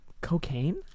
cocaine